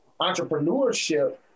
Entrepreneurship